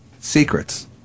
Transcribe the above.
Secrets